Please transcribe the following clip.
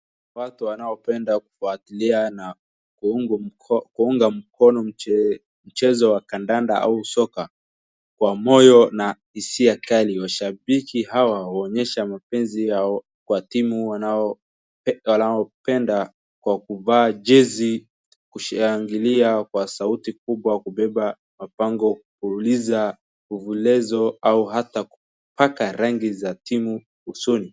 Watu wanaopenda kufuatilia na kuunga mkono mchezo wa kandanda au soka kwa moyo na hisia kali, mashabiki hawa waonyesha mapenzi yao kwa timu wanao wanayopenda, kwa kuvaa jezi, kushangilia kwa sauti kubwa, kubeba mabango, kupuliza vuvuzela au hata kupaka rangi za timu usoni.